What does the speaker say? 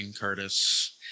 Curtis